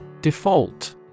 Default